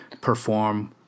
perform